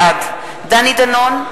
בעד דני דנון,